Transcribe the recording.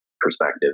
perspective